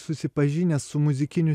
susipažinęs su muzikiniu